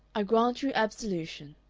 i grant you absolution.